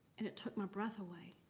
and it took my breath away.